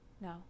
no